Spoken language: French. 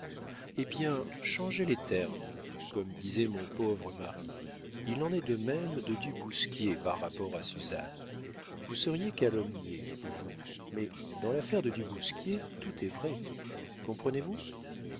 eh bien changez les termes comme disait mon pauvre mari il en est de même de du bousquier par rapport à suzanne vous seriez calomniée vous mais dans l'affaire de du bousquier tout est vrai comprenez-vous